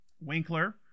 winkler